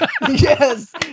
Yes